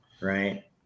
Right